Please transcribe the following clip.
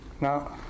Now